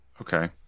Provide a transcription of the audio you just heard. Okay